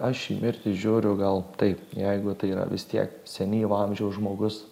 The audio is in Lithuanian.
aš į mirtį žiūriu gal taip jeigu tai yra vis tiek senyvo amžiaus žmogus